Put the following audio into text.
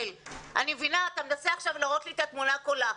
זה תמיד היה נכון, וזה תמיד נכון בשיקולי תקציב.